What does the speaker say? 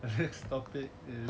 next topic is